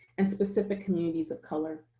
and specific communities of color,